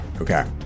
Okay